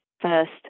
first